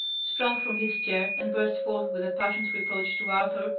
sprang from his chair and burst forth with a passionate reproach to arthur,